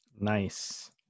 Nice